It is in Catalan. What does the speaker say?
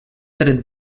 tret